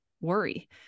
worry